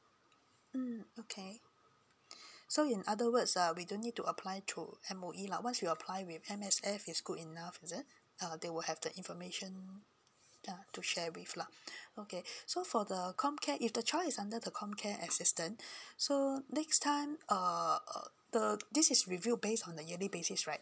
mm okay so in other words uh we don't need to apply through M_O_E lah once you apply with M_S_F is good enough is it uh they will have the information ya to share with lah okay so for the comcare if the child is under the comcare assistance so next time uh the this is review based on a yearly basis right